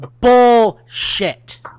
bullshit